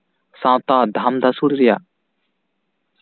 ᱥᱟᱶᱛᱟ ᱫᱷᱟᱢ ᱫᱷᱟᱥᱩᱲ ᱨᱮᱭᱟᱜ